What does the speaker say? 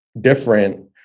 different